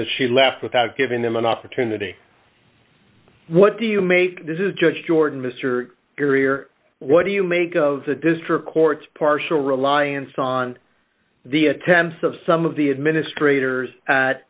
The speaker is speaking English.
that she left without giving them an opportunity what do you make this is judge jordan mr greer what do you make of the district court's partial reliance on the attempts of some of the administrators at